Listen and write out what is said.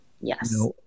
yes